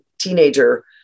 teenager